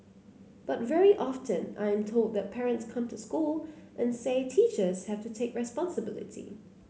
but very often I am told that parents come to school and say teachers have to take responsibility